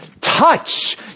touch